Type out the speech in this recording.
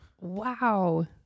Wow